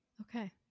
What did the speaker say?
okay